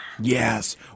Yes